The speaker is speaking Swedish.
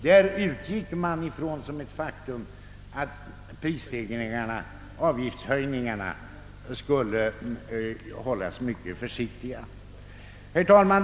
Där utgick man från såsom ett faktum att avgiftshöjningarna skulle hållas mycket försiktiga. Herr talman!